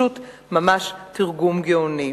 ממש תרגום גאוני.